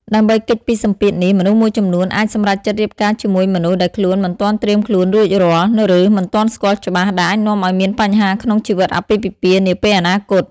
ដើម្បីគេចពីសម្ពាធនេះ មនុស្សមួយចំនួនអាចសម្រេចចិត្តរៀបការជាមួយមនុស្សដែលខ្លួនមិនទាន់ត្រៀមខ្លួនរួចរាល់ ឬមិនទាន់ស្គាល់ច្បាស់ ដែលអាចនាំឲ្យមានបញ្ហាក្នុងជីវិតអាពាហ៍ពិពាហ៍នាពេលអនាគត ។